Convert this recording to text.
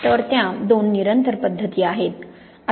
तर त्या दोन निरंतर पद्धती आहेत